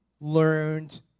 learned